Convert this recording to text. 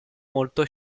molto